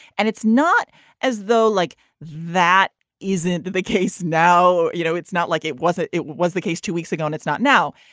and it's not as though like that isn't the case now. you know it's not like it was it it was the case two weeks ago and it's not now.